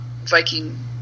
Viking